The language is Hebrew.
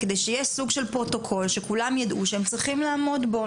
כדי שיהיה סוג של פרוטוקול שכולם ידעו שהם צריכים לעמוד בו.